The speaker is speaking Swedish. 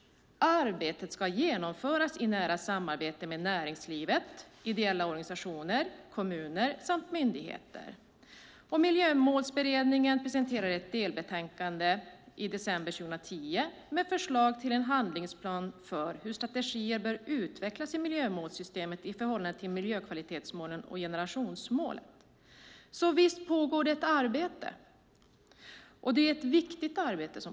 Arbetet ska genomföras i nära samarbete med näringslivet, ideella organisationer, kommuner och myndigheter. Miljömålsberedningen presenterade ett delbetänkande i december 2010 med förslag till en handlingsplan för hur strategier bör utvecklas i miljömålssystemet i förhållande till miljökvalitetsmålen och generationsmålet. Så visst pågår det ett arbete - och det är ett viktigt arbete.